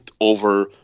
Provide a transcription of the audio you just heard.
over